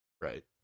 Right